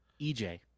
EJ